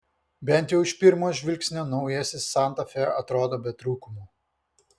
bent jau iš pirmo žvilgsnio naujasis santa fe atrodo be trūkumų